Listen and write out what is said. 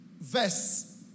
verse